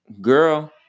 girl